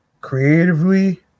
Creatively